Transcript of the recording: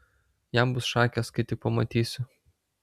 jam bus šakės kai tik pamatysiu